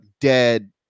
dead